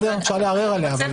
אפשר לערער עליה.